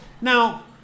Now